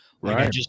right